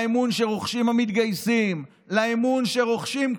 לאמון שרוחשים המתגייסים, לאמון שרוושים כולנו,